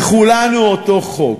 לכולנו אותו חוק.